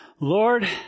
Lord